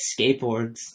skateboards